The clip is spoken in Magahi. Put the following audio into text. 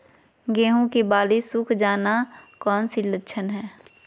गेंहू की बाली सुख जाना कौन सी लक्षण है?